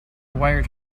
wired